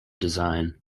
design